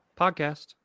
podcast